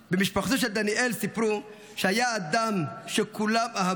במשפחתו של דניאל סיפרו שהיה אדם שכולם אהבו.